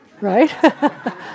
Right